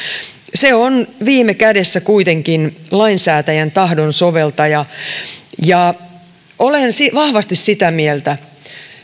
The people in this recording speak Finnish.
se on viime kädessä kuitenkin lainsäätäjän tahdon soveltaja olen vahvasti sitä mieltä